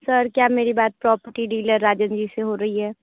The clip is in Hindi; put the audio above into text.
सर क्या मेरी बात प्रॉपर्टी डीलर राजन जी से हो रही है